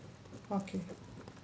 okay